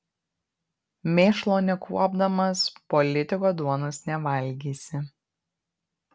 mėšlo nekuopdamas politiko duonos nevalgysi